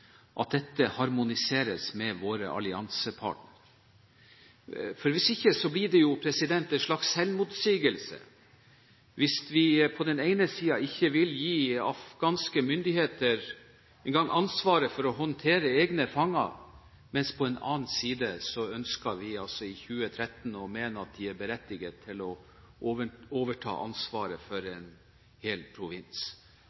harmoniseres med våre alliansepartnere, for hvis ikke blir det en slags selvmotsigelse. På den ene side vil vi ikke engang gi afghanske myndigheter ansvar for å håndtere egne fanger, mens vi på den annen side mener at de er berettiget til å overta ansvaret for en hel provins i 2013.